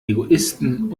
egoisten